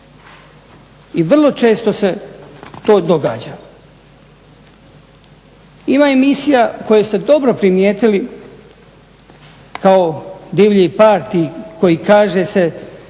i vrlo često se to događa. Ima emisija koje ste dobro primijetili kao divlji partiji koji kaže se